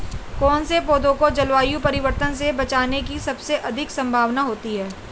कौन से पौधे को जलवायु परिवर्तन से बचने की सबसे अधिक संभावना होती है?